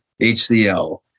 HCL